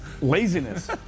Laziness